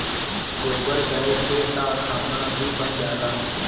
गोबर गैस से तअ खाना भी बन जाला